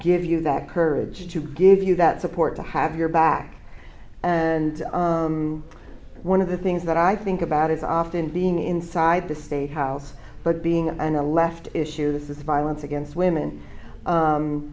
give you that courage to give you that support to have your back and one of the things that i think about is often being inside the statehouse but being left issues with violence against women